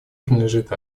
принадлежит